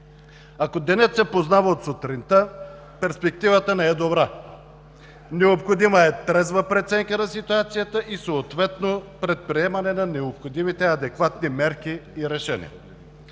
Ако денят се познава от сутринта, перспективата не е добра. Необходима е трезва преценка на ситуацията и съответно предприемане на необходимите адекватни мерки и решения.